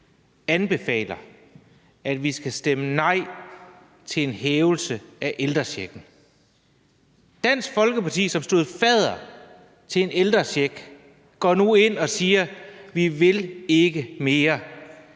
anbefaler, at vi skal stemme nej til en hævelse af ældrechecken. Dansk Folkeparti, som stod fadder til en ældrecheck, går nu ind og siger: Vi vil ikke mere.